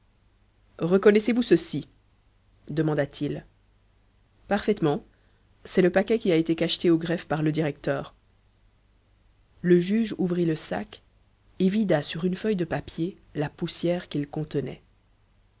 reconnaissez-vous ceci demanda-t-il parfaitement c'est le paquet qui a été cacheté au greffe par le directeur le juge ouvrit le sac et vida sur une feuille de papier la poussière qu'il contenait